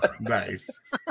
Nice